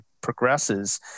progresses